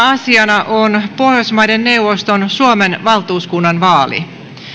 asiana on pohjoismaiden neuvoston suomen valtuuskunnan vaali